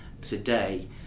today